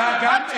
אחמד,